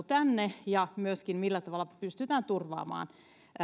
tänne ja myöskin millä tavalla pystytään turvaamaan